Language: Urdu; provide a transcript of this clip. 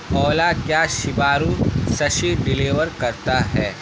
اولیٰ کیا شیبارو سشی ڈلیور کرتا ہے